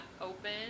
open